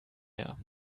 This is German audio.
mehr